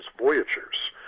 Voyagers